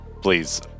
Please